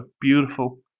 beautiful